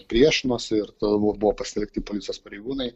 priešinosi ir tada buvo buvo pasitelkti policijos pareigūnai